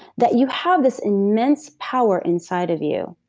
that you have this immense power inside of you